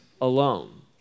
alone